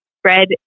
spread